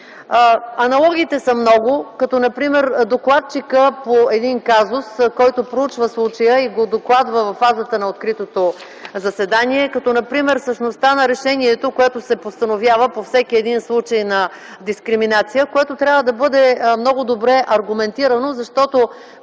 Аналогиите са много. Например докладчикът по един казус, който проучва случая, го докладва във фазата на откритото заседание, например същността на решението, което се постановява по всеки случай на дискриминация, което трябва да бъде много добре аргументирано, защото